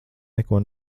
neko